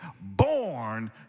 born